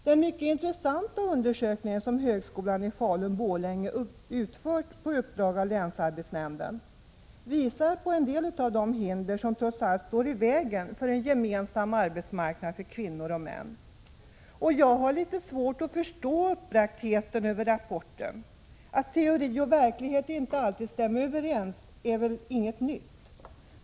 Den mycket intressanta undersökning som högskolan i Falun/Borlänge utfört på uppdrag av länsarbetsnämnden visar på en del av de hinder som trots allt står i vägen för en gemensam arbetsmarknad för kvinnor och män. Jag har litet svårt att förstå uppbragtheten över rapporten. Att teori och verklighet inte alltid stämmer överens är väl ingenting nytt.